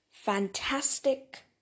Fantastic